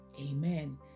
amen